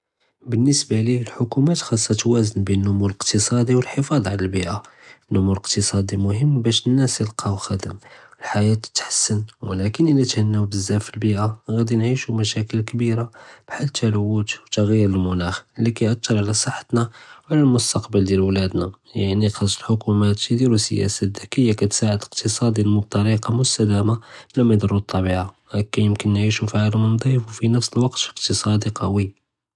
בַּל-נִסְבַּה לִיַא אֶל-חֻקּוּמַּאת חַאסְּה תְּווַאזֵן בֵּין אֶל-נּוּמוּ אֶל-אִקְתִּסַאדִי וְאֶל-חִפַּאẓ עַל אֶל-בִּיְאָה. אֶל-נּוּמוּ אֶל-אִקְתִּסַאדִי מְהִים בַּשּׁ נַאס יַלְקָאוּ חֲדָם וְאֶל-חַיַاة תִּתְחַסֵּן, וְלָקִין אִלָּא תְהַנָּאוּ בְּזַאף פִי אֶל-בִּיְאָה גַּ'אדִי נְעִישוּ מְשַׁاكِل כְּבִירָה בְּחַאל תְּלוּת וּתַגְ'יר אֶל-מְנָאח לִי קַיַּאֶתֵּר עַל סְחַתְנָא וְעַל אֶל-מַסְתַקְבַּל דְיַאל וְלָדְנַא, יַעְנִי חַאסּ אֶל-חֻקּוּמַּאת יְדִירוּ סִיַאסָאת דְּזְכִיָּה קַתְסַעֵד אֶקְתִסַאד בִּטְרִיקַה מֻסְתַדָּמָה בְּלָא מַיַזְרוּ טְבִיעָה, הָכֵּן יְכוֹל נְעִישוּ פִי עָלַם נְדִיף וּבְנַפְס אֶל-וַקְת אִקְתִסַאדִי קָוִי.